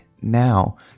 now